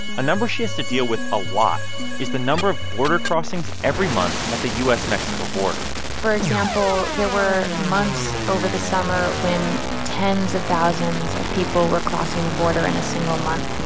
a number she has to deal with a lot is the number of border crossings every month at the u s mexico border for example, there were months over the summer when tens of thousands of people were crossing the border in a single month, you